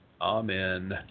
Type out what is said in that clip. Amen